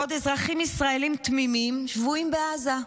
בעוד אזרחים ישראליים תמימים שבויים בעזה.